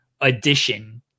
addition